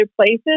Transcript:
places